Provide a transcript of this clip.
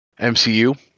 MCU